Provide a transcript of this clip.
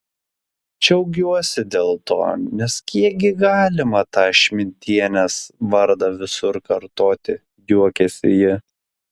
džiaugiuosi dėl to nes kiek gi galima tą šmidtienės vardą visur kartoti juokėsi ji